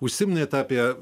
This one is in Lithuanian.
užsiminėte apie